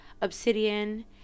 obsidian